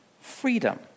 freedom